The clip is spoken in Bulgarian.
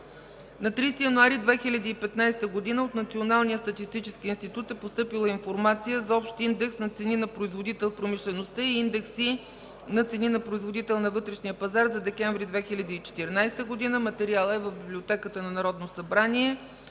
На 30 януари 2015 г. от Националния статистически институт е постъпила информация за общ индекс на цени на производител в промишлеността и индекси на цени на производител на вътрешния пазар за декември 2014 г. Материалът е в Библиотеката на Народното събрание,